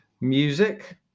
music